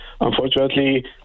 unfortunately